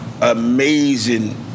amazing